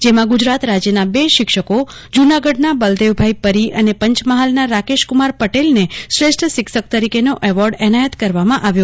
જેમાં ગુજરાત રાજ્યના બે શિક્ષકો જૂનાગઢના બલદેવ ભાઇ પરી અને પંચમહાલના રાકેશકુમાર પટેલને શ્રેષ્ઠ શિક્ષક તરીકેનો એવોર્ડ એનાયત કરવામાં આવ્યા